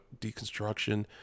deconstruction